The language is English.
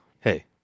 hey